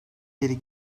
beri